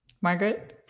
Margaret